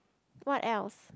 what else